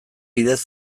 bidez